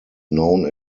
known